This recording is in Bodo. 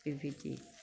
बेबायदि